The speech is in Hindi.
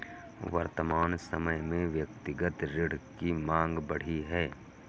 वर्तमान समय में व्यक्तिगत ऋण की माँग बढ़ी है